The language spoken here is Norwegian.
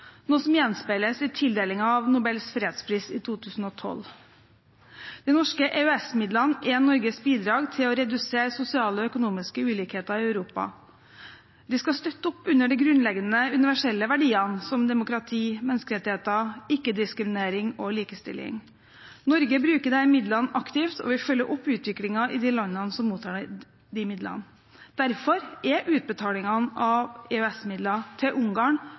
noe som gjenspeiles i tildelingen av Nobels fredspris i 2012. De norske EØS-midlene er Norges bidrag til å redusere sosiale og økonomiske ulikheter i Europa. De skal støtte opp under de grunnleggende universelle verdiene, som demokrati, menneskerettigheter, ikke-diskriminering og likestilling. Norge bruker disse midlene aktivt og vil følge opp utviklingen i de landene som mottar dem. Derfor er utbetalingene av EØS-midler til Ungarn